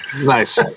Nice